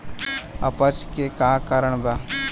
अपच के का कारण बा?